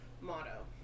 motto